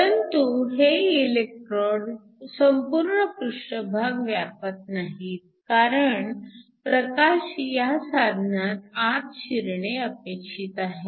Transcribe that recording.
परंतु हे इलेक्ट्रोड संपूर्ण पृष्ठभाग व्यापत नाहीत कारण प्रकाश ह्या साधनात आत शिरणे अपेक्षित आहे